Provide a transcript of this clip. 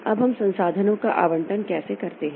अब हम संसाधनों का आवंटन कैसे करते हैं